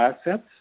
assets